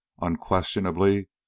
Unquestionably